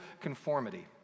conformity